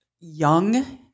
young